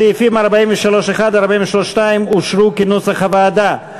סעיף 43(1) (2) אושר כנוסח הוועדה.